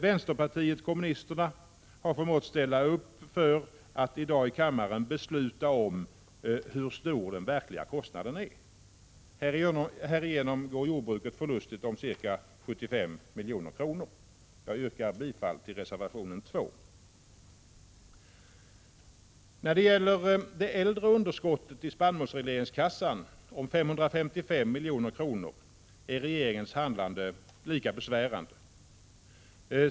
Vänsterpartiet kommunisterna har förmåtts ställa upp bakom ett beslut i dag i kammaren om den verkliga kostnadens storlek varigenom jordbruket går förlustigt ca 75 milj.kr. Jag yrkar bifall till reservation 2. När det gäller det äldre underskottet om 555 milj.kr. i spannmålsregleringskassan är regeringens handlande lika besvärande.